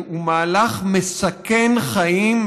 שהוא מהלך מסכן חיים,